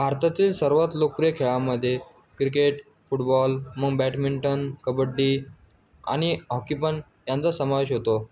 भारतातील सर्वात लोकप्रिय खेळामध्ये क्रिकेट फुटबॉल मग बॅडमिंटन कबड्डी आणि हॉकी पण यांचा समावेश होतो